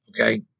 okay